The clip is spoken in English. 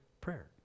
prayer